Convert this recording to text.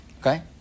Okay